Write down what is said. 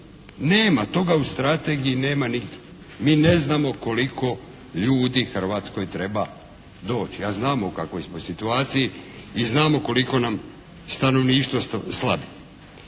Nema toga u strategiji, nema ni, mi ne znamo koliko ljudi Hrvatskoj treba doći. A znamo u kakvoj smo situaciji i znamo koliko nam stanovništvo slabi.